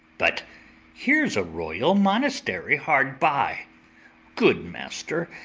but here's a royal monastery hard by good master,